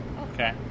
okay